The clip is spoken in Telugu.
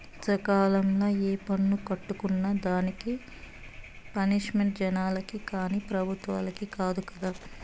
సకాలంల ఏ పన్ను కట్టుకున్నా దానికి పనిష్మెంటు జనాలకి కానీ పెబుత్వలకి కాదు కదా